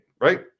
right